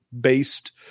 Based